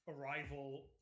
Arrival